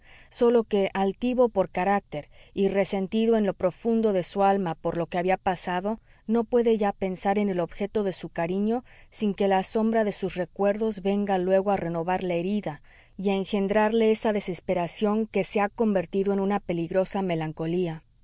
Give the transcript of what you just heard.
sólo que altivo por carácter y resentido en lo profundo de su alma por lo que había pasado no puede ya pensar en el objeto de su cariño sin que la sombra de sus recuerdos venga luego a renovar la herida y a engendrarle esa desesperación que se ha convertido en una peligrosa melancolía